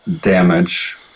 damage